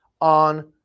on